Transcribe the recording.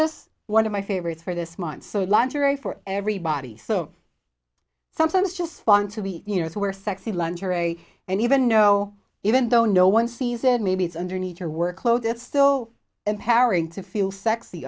is one of my favorites for this month so lingerie for everybody so sometimes just fun to be you know where sexy lingerie and even know even though no one sees it maybe it's underneath your workload it's still empowering to feel sexy